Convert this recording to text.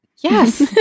yes